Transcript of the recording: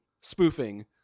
spoofing